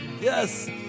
Yes